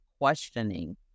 questioning